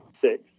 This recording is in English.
six